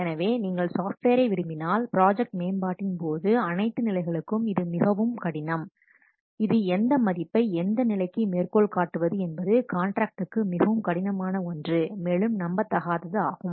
எனவே நீங்கள் சாஃப்ட்வேரை விரும்பினால் ப்ராஜெக்ட் மேம்பாட்டின் போது அனைத்து நிலைகளுக்கும் இது மிகவும் கடினம் இது எந்த மதிப்பை எந்த நிலைக்கு மேற்கோள் காட்டுவது என்பது கான்ட்ராக்ட்க்கு மிகவும் கடினமான ஒன்று மேலும் நம்பதகாதது ஆகும்